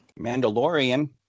Mandalorian